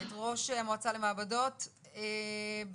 את ראש המועצה למעבדות ברמב"ם,